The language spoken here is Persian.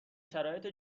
شرایط